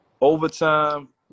Overtime